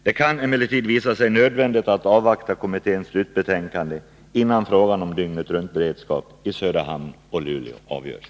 Det kan emellertid visa sig nödvändigt att avvakta kommitténs slutbetänkande innan frågan om dygnetruntberedskap i Söderhamn och Luleå avgörs.